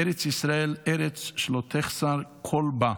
ארץ ישראל ארץ שלא תחסר כל בה,